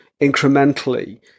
incrementally